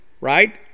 right